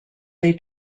they